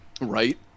Right